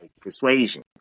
Persuasion